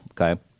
okay